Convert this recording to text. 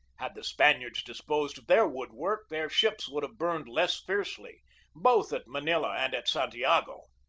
had the spaniards dis posed of their wood-work their ships would have burned less fiercely both at manila and at santiago.